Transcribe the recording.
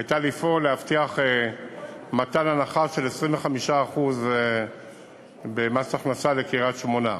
הייתה לפעול להבטיח מתן הנחה של 25% במס הכנסה לקריית-שמונה,